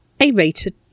A-rated